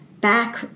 back